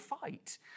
fight